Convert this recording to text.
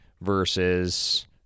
versus